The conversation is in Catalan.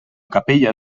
capella